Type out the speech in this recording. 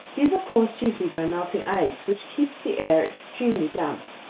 these are caused chiefly by melting ice, which keeps the air extremely damp.